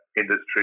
industry